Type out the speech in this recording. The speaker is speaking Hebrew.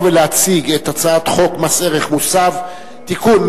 ולהציג את הצעת חוק מס ערך מוסף (תיקון,